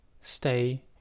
stay